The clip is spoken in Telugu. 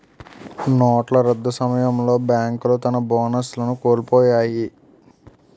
నోట్ల రద్దు సమయంలో బేంకులు తన బోనస్లను కోలుపొయ్యాయి